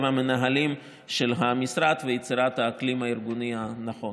המנהלים של המשרד ויצירת האקלים הארגוני הנכון.